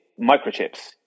microchips